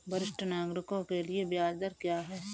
वरिष्ठ नागरिकों के लिए ब्याज दर क्या हैं?